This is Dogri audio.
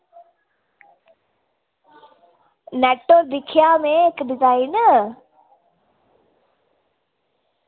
नेट दिक्खेआ में इक्क डिजाईन